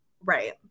right